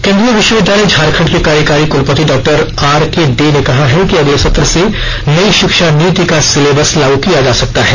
केन्द्रीय विश्व विद्यालय झारखंड के कार्यकारी कुलपति डॉक्टर आके डे ने कहा है कि अगले सत्र से नई शिक्षा नीति का सिलेबस लागू किया जा सकता है